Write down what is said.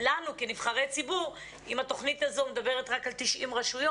לנו כנבחרי ציבור אם התוכנית הזו מדברת רק על 90 רשויות.